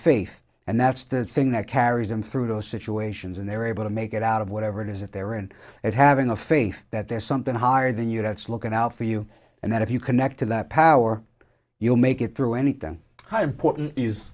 faith and that's the thing that carries them through those situations and they're able to make it out of whatever it is at their end as having a faith that there's something higher than you that's looking out for you and that if you connect to that power you make it through anything how important is